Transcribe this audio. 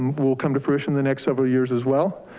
and will come to fruition the next several years as well.